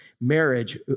marriage